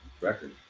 record